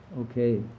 Okay